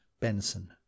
Benson